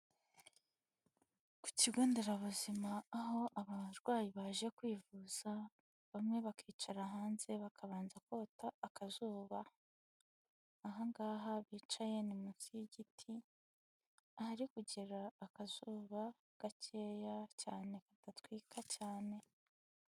Ku kigo nderabuzima aho abarwayi baje kwivuza, bamwe bakicara hanze bakabanza kota akazuba, aha ngaha bicaye ni munsi y'igiti, ahari kugera akazuba gakeya cyane kadatwika cyane.